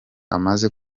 amaze